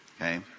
Okay